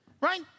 Right